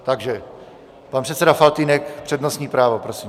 Takže pan předseda Faltýnek, přednostní právo, prosím.